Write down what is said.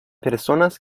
personas